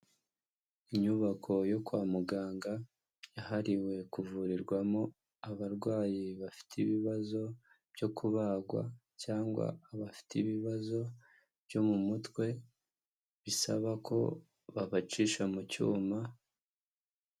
Inyubako yo kwa muganga yahariwe kuvurirwamo abarwayi bafite ibibazo byo kubagwa cyangwa abafite ibibazo byo mu mutwe bisaba ko babacisha mu cyuma.